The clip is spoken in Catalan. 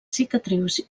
cicatrius